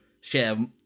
share